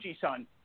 son